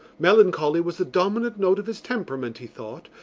melancholy was the dominant note of his temperament, he thought,